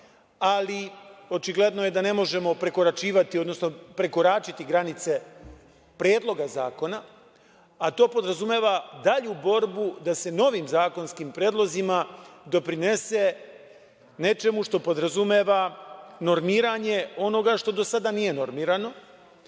ali očigledno je da ne možemo prekoračivati, odnosno prekoračiti granice Predloga zakona, a to podrazumeva dalju borbu da se novim zakonskim predlozima doprinese nečemu što podrazumeva normiranje onoga što do sada nije normirano.